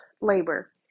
Labor